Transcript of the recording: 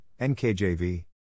NKJV